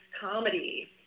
comedy